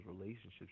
relationships